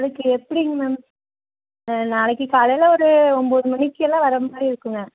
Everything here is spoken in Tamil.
அதுக்கு எப்படிங்க மேம் நாளைக்கு காலையில் ஒரு ஒன்போது மணிக்கெல்லாம் வர மாதிரி இருக்குங்க